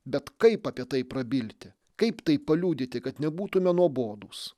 bet kaip apie tai prabilti kaip tai paliudyti kad nebūtume nuobodūs